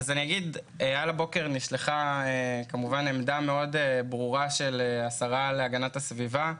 על הבוקר נשלחה עמדה מאוד ברורה של השרה להגנת הסביבה.